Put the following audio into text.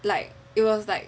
like it was like